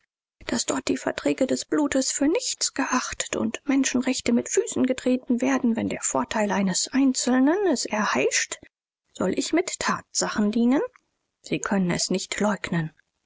daß dort die verträge des bluts für nichts geachtet und menschenrechte mit füßen getreten werden wenn der vorteil eines einzelnen es erheischt soll ich mit tatsachen dienen sie können es nicht leugnen